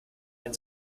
ein